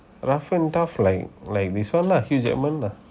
rough and tough like like this one lah hugh jackman lah